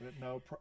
No